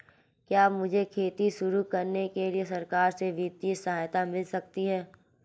क्या मुझे खेती शुरू करने के लिए सरकार से वित्तीय सहायता मिल सकती है?